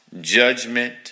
judgment